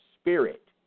spirit